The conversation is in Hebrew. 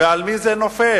ועל מי זה נופל?